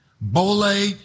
Bole